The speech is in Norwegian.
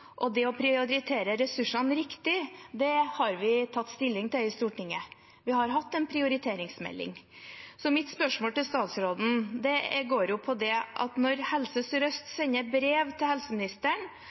Å prioritere ressursene riktig har vi tatt stilling til i Stortinget, vi har hatt en prioriteringsmelding. Så mitt spørsmål til statsråden går på det at Helse Sør-Øst sender brev til helseministeren og viser til at